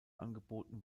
angeboten